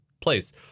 place